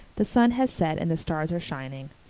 the sun has set and the stars are shining.